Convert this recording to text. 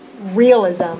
realism